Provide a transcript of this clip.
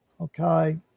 okay